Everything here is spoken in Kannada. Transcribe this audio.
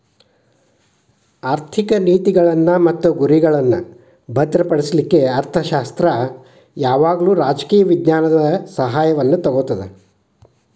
ಆರ್ಥಿಕ ನೇತಿಗಳ್ನ್ ಮತ್ತು ಗುರಿಗಳ್ನಾ ಭದ್ರಪಡಿಸ್ಲಿಕ್ಕೆ ಅರ್ಥಶಾಸ್ತ್ರ ಯಾವಾಗಲೂ ರಾಜಕೇಯ ವಿಜ್ಞಾನದ ಸಹಾಯವನ್ನು ತಗೊತದ